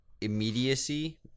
immediacy